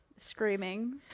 Screaming